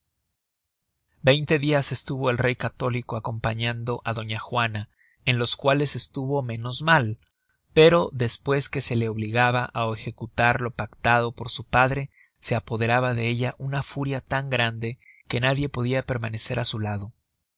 veinte dias estuvo el rey católico acompañando á doña juana en los cuales estuvo menos mal pero despues que se la obligaba á ejecutar lo pactado por su padre se apoderaba de ella una furia tan grande que nadie podia permanecer á su lado